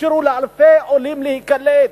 אפשרו לאלפי עולים להיקלט.